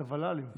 את הוול"לים.